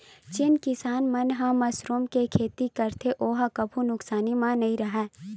जेन भी किसान मन ह मसरूम के खेती करथे ओ ह कभू नुकसानी म नइ राहय